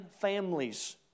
families